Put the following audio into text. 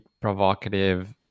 provocative